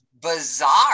bizarre